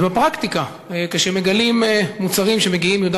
ובפרקטיקה כשמגלים מוצרים שמגיעים מיהודה